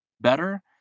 better